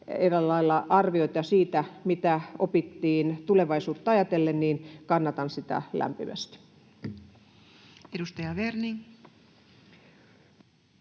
eräällä lailla arvioita siitä, mitä opittiin tulevaisuutta ajatellen. Kannatan sitä lämpimästi. [Speech